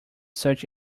search